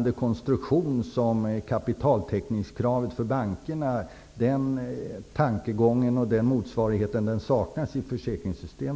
någon konstruktion som motsvarar kapitaltäckningskravet för bankerna? Saknas den tankegången och motsvarigheten med dagens försäkringssystem?